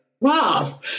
wow